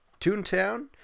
Toontown